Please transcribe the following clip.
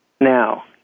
Now